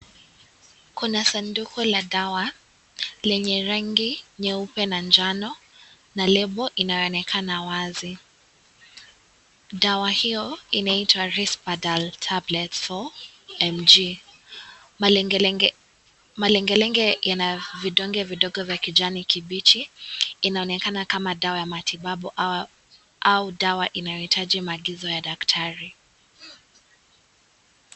Kuna sanduku la dawa lenye rangi nyeupe na njano na lebo inayoonekana wazi. Dawa hiyo inaitwa Risperdal Tablets 4mg. Malengelenge ya vidonge vidogo vya kijani kibichi inaonekana kama dawa ya matibabu au dawa inayohitaji maagizo ya daktari.